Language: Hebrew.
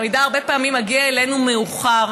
אבל המידע הרבה פעמים מגיע אלינו מאוחר,